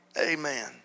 Amen